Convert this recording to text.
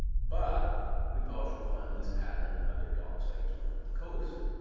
but we've also found this pattern in other dock sites around the coast.